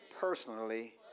personally